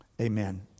Amen